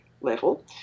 level